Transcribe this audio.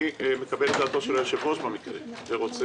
אני מקבל את דעתו של היושב-ראש ולא רוצה